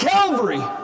Calvary